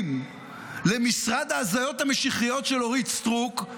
למשרד ההזיות המשיחיות של אורית סטרוק,